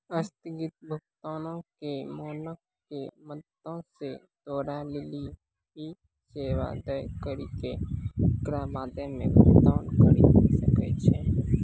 अस्थगित भुगतानो के मानक के मदतो से तोरा लेली इ सेबा दै करि के एकरा बादो मे भुगतान करि सकै छै